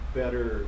better